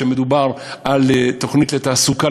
כשמדובר על תוכנית לתעסוקה,